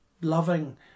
loving